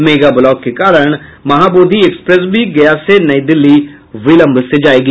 mega block के कारण Mahabodhi express भी गया से नई दिल्ली विलंब से जाएगी